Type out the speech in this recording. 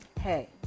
Hey